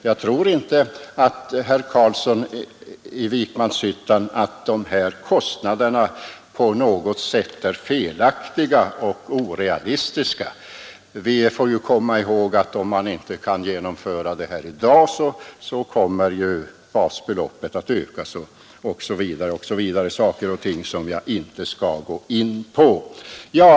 Jag tror inte, herr Carlsson i Vikmanshyttan, att de här kostnaderna på något sätt är felaktiga och orealistiska. Vi får komma ihåg att om man inte kan genomföra det här i dag så kommer basbeloppet att ökas osv., men det är saker som jag inte skall gå in på.